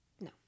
No